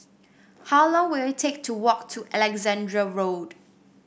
how long will it take to walk to Alexandra Road